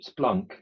Splunk